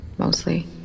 Mostly